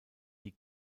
die